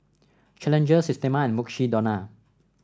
Challenger Systema and Mukshidonna